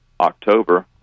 October